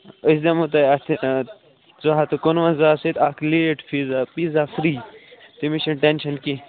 أسۍ دِمو تۄہہِ اَتھ یہِ زٕ ہَتھ تہٕ کُنوَنٛزاہَس سۭتۍ اَکھ لیٹ فیٖزا پیٖزا فرٛی تٔمِچ چھِنہٕ ٹینشَن کیٚنہہ